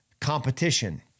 competition